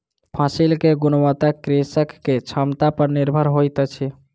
फसिल के गुणवत्ता कृषक के क्षमता पर निर्भर होइत अछि